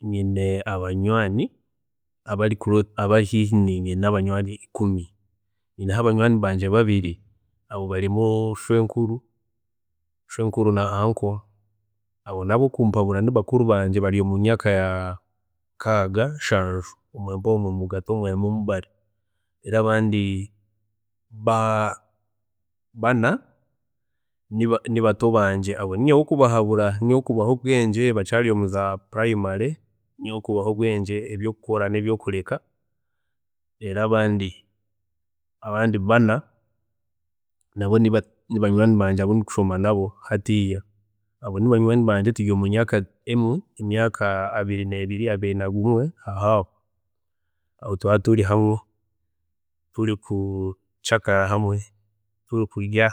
Nyine abanywaani, abari haihi nanye nabanywaani ikumi, nyineho banywaani bangye babiri, abo barimu shenkuru, shwenkuru na uncle abo nabokumpabura bari mumyaaka ya nkaaga nshaanju omwempaho nimwe bari, rero abandi bana nibato bangye, abo ninye wokubahabura, ninye wokubaha obwengye bakyaari omuri za primary ninye owokubaha obwengye ekyokukora nekyokureka, reero abandi, abandi bana nabo nibanywaani bangye abu ndikushoma nabo hatiiya, abo nibanywaani bangye turi omumyaaka emwe, emyaaka abiri nebiri, abiri nagumwe, aho- aho abo turaba turi hamwe, turi kucakara hamwe, turi kurya